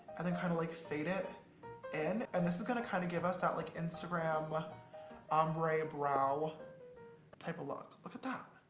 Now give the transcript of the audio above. and then kind of like fade it in, and this is gonna kind of give us that like instagram ombre brow type of look, look at that.